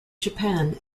japan